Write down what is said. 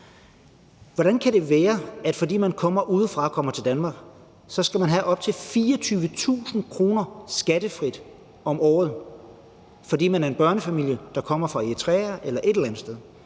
Hvordan kan det være, at fordi man kommer udefra og kommer til Danmark, så skal man have op til 24.000 kr. skattefrit om året? Fordi man er en børnefamilie, der kommer fra Eritrea eller et andet sted,